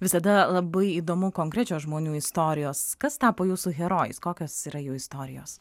visada labai įdomu konkrečios žmonių istorijos kas tapo jūsų herojais kokios yra jų istorijos